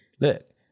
look